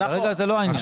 כרגע זה לא העניין.